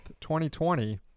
2020